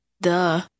Duh